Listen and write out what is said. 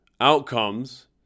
outcomes